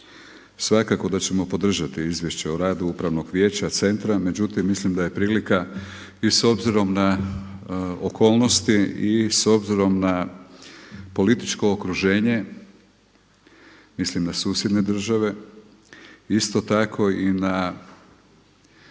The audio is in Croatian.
Svakako da ćemo podržati izvješće o radu Upravnog vijeća centra, međutim mislim da je prilika i s obzirom na okolnosti i s obzirom političko okruženje, mislim na susjedne države, isto tako i na